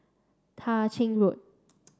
Tah Ching Road